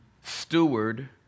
Steward